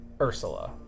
Ursula